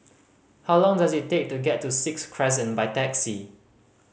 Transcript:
how long does it take to get to Sixth Crescent by taxi